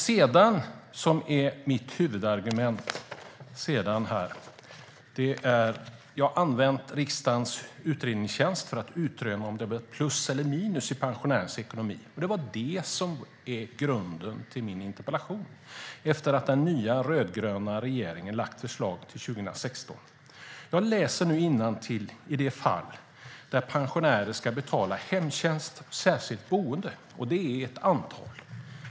Jag har använt riksdagens utredningstjänst för att utröna om det blir plus eller minus i pensionärernas ekonomi - och det är det som är grunden till min interpellation - efter den nya rödgröna regeringens förslag för 2016. Jag ska läsa innantill om de fall där pensionärer som ska betala hemtjänst eller särskilt boende, och det är ett antal.